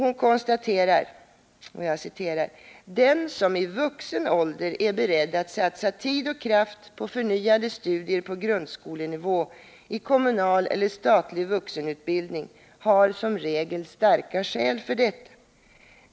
Hon konstaterar: ”Den som i vuxen ålder är beredd att satsa tid och kraft på förnyade studier på grundskolenivå i kommunal eller statlig vuxenutbildning har som regel starka skäl för detta.